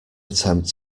attempt